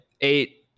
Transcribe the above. Eight